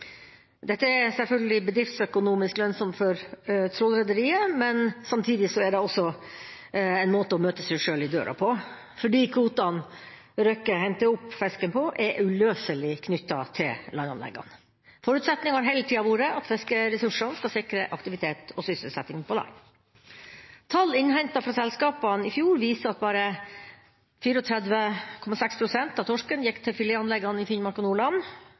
Dette er selvfølgelig bedriftsøkonomisk lønnsomt for trålerrederiet, men samtidig er det en måte å møte seg sjøl i døra på, for de kvotene Røkke henter opp fisken på, er uløselig knyttet til landanleggene. Forutsetningen har hele tida vært at fiskeressursene skal sikre aktivitet og sysselsetting på land. Tall innhentet fra selskapene i fjor viser at bare 34,6 pst. av torsken gikk til filetanleggene i Finnmark og Nordland